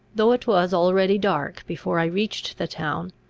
though it was already dark before i reached the town,